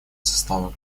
состава